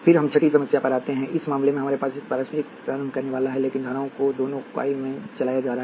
फिर हम छठी समस्या पर आते हैं इस मामले में हमारे पास एक पारस्परिक प्रारंभ करनेवाला है लेकिन धाराओं को दोनों कॉइल में चलाया जा रहा है